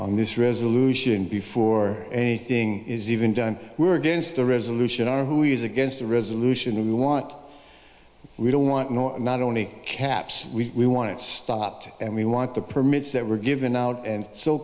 on this resolution before anything is even done we're against the resolution or who is against the resolution we want we don't want nor not only caps we want it stopped and we want the permits that were given out and so